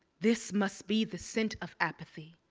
this must be the scent of apathy.